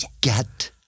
Get